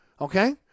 okay